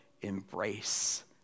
embrace